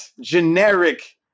generic